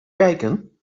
kijken